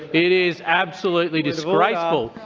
it is absolutely disgraceful.